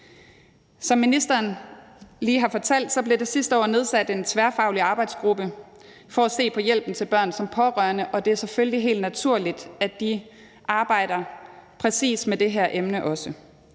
Som ministeren lige har fortalt, blev der sidste år nedsat en tværfaglig arbejdsgruppe til at se på hjælpen til børn som pårørende, og det er selvfølgelig helt naturligt, at de også arbejder med lige præcis det her emne.